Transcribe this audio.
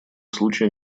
случае